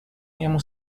niemu